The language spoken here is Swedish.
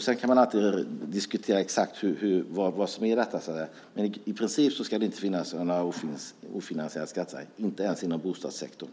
Sedan kan man alltid diskutera exakt vad som är viktigast, men i princip ska det inte finnas några ofinansierade skattesänkningar, inte ens inom bostadssektorn.